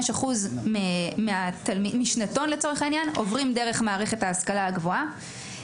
45% משנתון עוברים דרך מערכת ההשכלה הגבוהה.